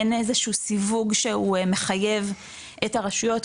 אין איזה שהוא סיווג שהוא מחייב את הרשויות,